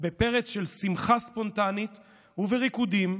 בפרץ של שמחה ספונטנית ובריקודים,